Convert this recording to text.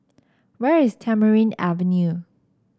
where is Tamarind Avenue